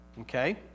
Okay